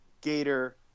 Gator